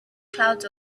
clouds